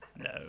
No